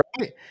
right